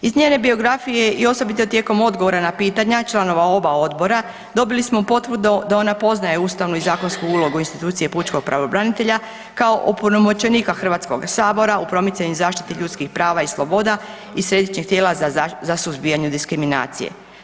Iz njene biografije i osobito tijekom odgovora na pitanja članova oba odbora dobili smo potvrdu da ona poznaje ustavnu i zakonsku ulogu institucije pučkog pravobranitelja kao opunomoćenika Hrvatskoga sabora o promicanju i zaštiti ljudskih prava i sloboda i Središnjeg tijela za suzbijanje diskriminacije.